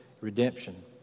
redemption